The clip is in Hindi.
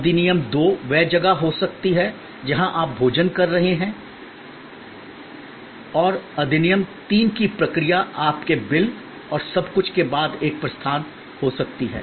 अधिनियम 2 वह जगह हो सकती है जहां आप भोजन कर रहे है और अधिनियम 3 की प्रक्रिया आपके बिल और सब कुछ के बाद एक प्रस्थान हो सकती है